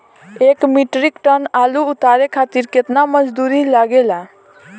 एक metric ton आलू उतारे खातिर केतना मजदूरी लागेला?